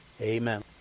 amen